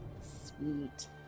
sweet